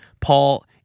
Paul